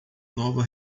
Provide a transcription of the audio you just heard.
nova